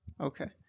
Okay